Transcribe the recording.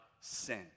sin